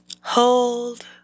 hold